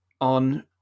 on